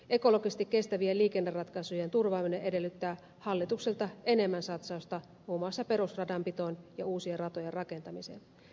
ekologisesti kestävien liikenneratkaisujen turvaaminen edellyttää hallitukselta enemmän satsausta muun muassa perusradanpitoon ja uusien ratojen rakentamiseen